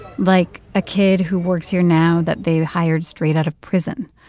like a kid who works here now that they've hired straight out of prison,